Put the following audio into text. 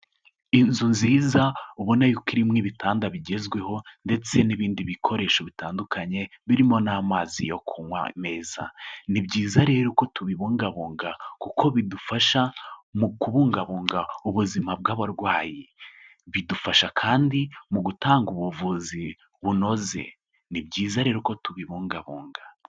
Inzu nziza, ubona yuko irimo ibitanda bigezweho, ndetse n'ibindi bikoresho bitandukanye, birimo n'amazi yo kunywa meza. Ni byiza rero ko tubibungabunga, kuko bidufasha mu kubungabunga, ubuzima bw'abarwayi. Bidufasha kandi mu gutanga ubuvuzi bunoze. Ni byiza rero ko tubibungabunga.